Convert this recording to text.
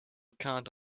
count